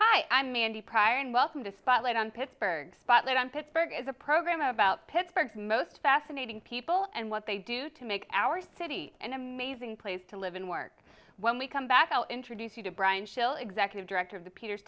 hi i'm mandy pryor and welcome to spotlight on pittsburgh spotlight on pittsburgh is a program about pittsburgh most fascinating people and what they do to make our city an amazing place to live and work when we come back i'll introduce you to brian shell executive director of the peters